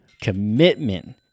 Commitment